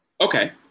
Okay